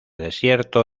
desierto